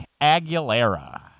Aguilera